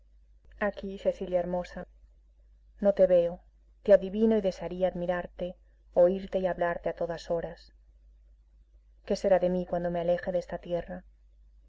aquí cecilia hermosa no te veo te adivino y desearía admirarte oírte y hablarte a todas horas qué será de mí cuando me aleje de esta tierra